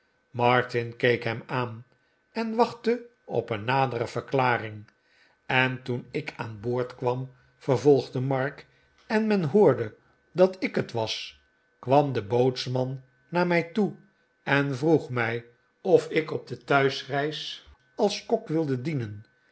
keek hem aan en wachtte op een nadere verklaring en toen ik aan boord kwam vervolgde mark tj en men hoorde dat ik het was kwam de bootsman naar mij toe en vroeg mij of ik op de thuisreis als kok wilde dienen